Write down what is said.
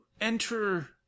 enter